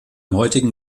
heutigen